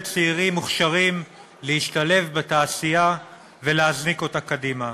צעירים מוכשרים להשתלב בתעשייה ולהזניק אותה קדימה.